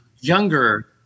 younger